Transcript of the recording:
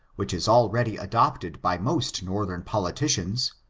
which is already adopted by most northern politicians,